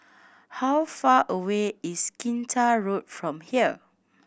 how far away is Kinta Road from here